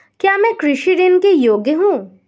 क्या मैं कृषि ऋण के योग्य हूँ?